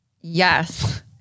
Yes